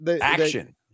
action